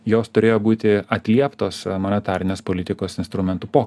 jos turėjo būti atlieptos monetarinės politikos instrumentų po